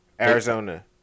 Arizona